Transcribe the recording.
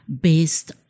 based